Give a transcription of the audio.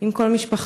עם כל משפחתו.